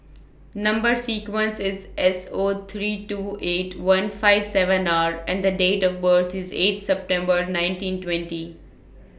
Number sequence IS S O three two eight one five seven R and The Date of birth IS eight September nineteen twenty